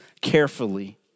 carefully